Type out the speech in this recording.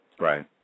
Right